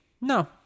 No